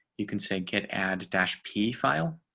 you can say get add dash p file.